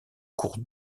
cours